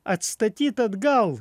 atstatyt atgal